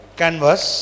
canvas